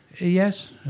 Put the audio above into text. Yes